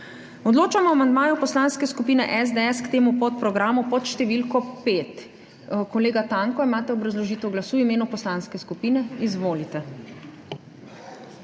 Odločamo o amandmaju Poslanske skupine SDS k temu podprogramu pod številko 5. Kolega Tanko, imate obrazložitev glasu v imenu poslanske skupine? Izvolite.